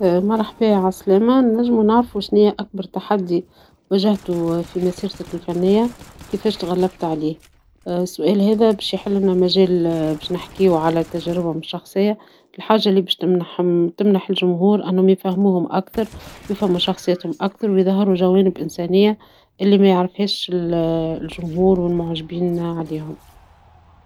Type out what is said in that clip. إذا كنت صحفي، نسأل المشهور عن بداية مسيرته. نحب نعرف شنو اللي ألهمه وشنو الصعوبات اللي واجهها. نسأله عن مشاريع مستقبلية وأفكاره الجديدة. الهدف هو تقديم صورة شاملة لجمهوره وخلط بين الجوانب الشخصية والمهنية. هاكا نكون قدمت محتوى شيق ومفيد.